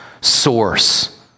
source